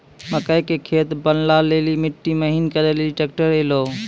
मकई के खेत बनवा ले ली मिट्टी महीन करे ले ली ट्रैक्टर ऐलो?